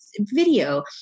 video